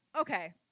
Okay